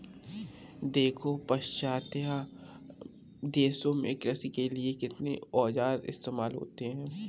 देखो पाश्चात्य देशों में कृषि के लिए कितने औजार इस्तेमाल होते हैं